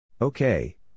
okay